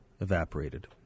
evaporated